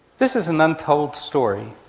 this is an untold story.